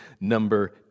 number